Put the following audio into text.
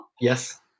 Yes